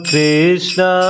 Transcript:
Krishna